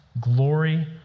Glory